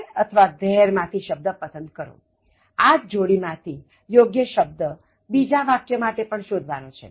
There અથવા their માં થી શબ્દ પસંદ કરો આજ જોડી માંથી યોગ્ય શબ્દ બીજા વાક્ય માટે પણ શોધવાનો છે